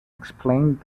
explained